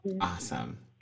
Awesome